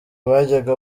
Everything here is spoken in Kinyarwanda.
bajyaga